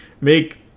make